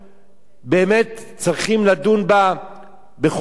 באמת צריכים לדון בה בכובד ראש,